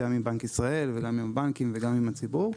גם עם בנק ישראל וגם עם הבנקים וגם עם הציבור,